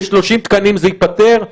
ב-30 תקנים זה ייפתר?